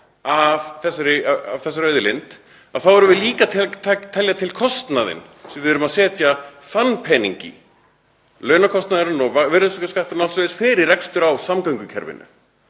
af þessari auðlind þá erum við líka telja til kostnaðinn sem við erum að setja þann pening í. Launakostnaðurinn og virðisaukaskatturinn og fleira fer rekstur á samgöngukerfinu,